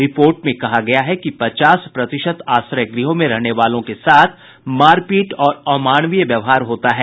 report में कहा गया है कि पचास प्रतिशत आश्रय गृहों में रहने वालों के साथ मारपीट और अमानवीय व्यवहार होता है